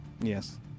Yes